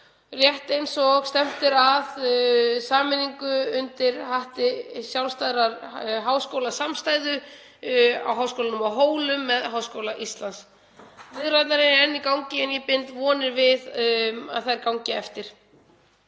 rétt eins og stefnt er að sameiningu undir hatti sjálfstæðrar háskólasamstæðu á Háskólanum á Hólum með Háskóla Íslands. Viðræðurnar eru enn í gangi en ég bind vonir við að þær gangi eftir.